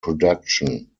production